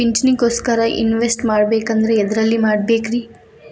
ಪಿಂಚಣಿ ಗೋಸ್ಕರ ಇನ್ವೆಸ್ಟ್ ಮಾಡಬೇಕಂದ್ರ ಎದರಲ್ಲಿ ಮಾಡ್ಬೇಕ್ರಿ?